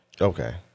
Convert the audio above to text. Okay